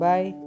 Bye